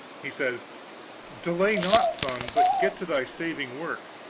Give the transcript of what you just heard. he said delay not, son, but get to thy saving work.